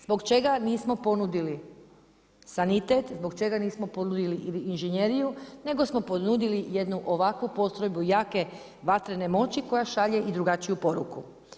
Zbog čega nismo ponudili sanitet, zbog čega nismo ponudili inženjeriju nego smo ponudili jednu ovakvu postrojbu jake vatrene moći koja šalje i drugačiju poruku.